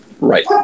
Right